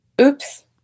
Oops